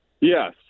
Yes